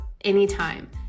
anytime